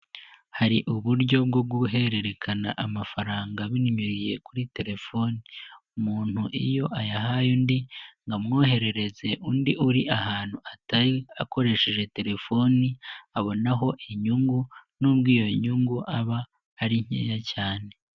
Hari uburyo bwo guhererekana amafaranga binmereriye kuri telefoni. Umuntu iyo ayahaye undi ngo amwoherereze undi uri ahantu atari akoresheje telefoni, abonaho inyungu nubwo iyo nyungu aba ari nkeya cyane.